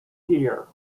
here